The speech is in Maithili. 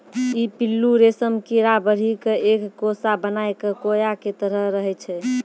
ई पिल्लू रेशम कीड़ा बढ़ी क एक कोसा बनाय कॅ कोया के तरह रहै छै